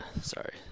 Sorry